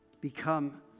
become